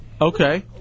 Okay